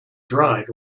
dried